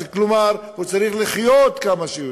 כלומר, הוא צריך לחיות כמה שיותר.